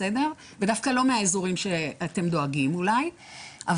ודווקא לא מהאזורים שאתם דואגים אולי.